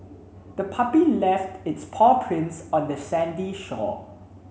the puppy left its paw prints on the sandy shore